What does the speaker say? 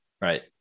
Right